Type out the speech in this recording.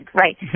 right